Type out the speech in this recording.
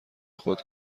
خود